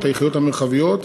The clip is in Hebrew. היחידות המרחביות,